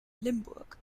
limburg